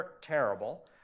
terrible